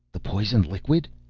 the poison liquid!